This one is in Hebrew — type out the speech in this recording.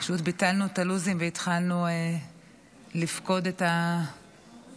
פשוט ביטלנו את הלו"זים והתחלנו לפקוד את הקברים.